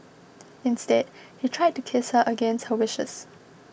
instead he tried to kiss her against her wishes